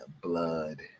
blood